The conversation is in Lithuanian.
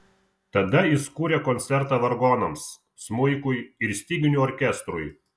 tada jis kūrė koncertą vargonams smuikui ir styginių orkestrui